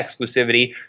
exclusivity